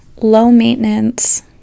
low-maintenance